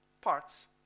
parts